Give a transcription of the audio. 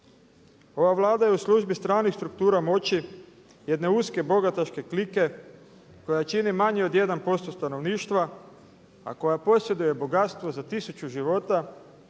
Ova Vlada je u službi stranih struktura moći jedne uske bogataške klike koja čini manje od 1% stanovništva a koja posjeduje bogatstvo za tisuću života